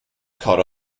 caught